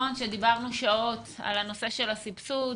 שדיברנו שעות על הנושא של הסבסוד,